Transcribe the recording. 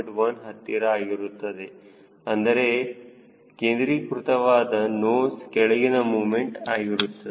1 ಹತ್ತಿರ ಆಗುತ್ತದೆ ಅಂದರೆ ಕೇಂದ್ರೀಕೃತವಾದ ನೋಸ್ ಕೆಳಗಿನ ಮುಮೆಂಟ್ ಆಗಿರುತ್ತದೆ